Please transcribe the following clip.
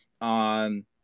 on